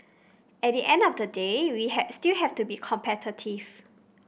at the end of the day we still have to be competitive